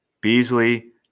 beasley